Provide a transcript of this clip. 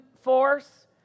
force